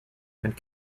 and